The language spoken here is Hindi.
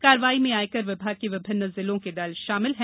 कार्रवाई में आयकर विभाग के विभिन्न जिलों के दल शामिल है